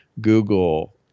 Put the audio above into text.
Google